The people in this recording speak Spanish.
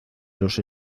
los